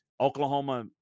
Oklahoma